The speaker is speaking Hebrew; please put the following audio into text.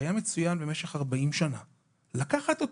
שהיה מצוין במשך 40 שנה ולהמשיך?